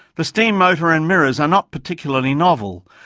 the steam motor and mirrors are not particularly novel,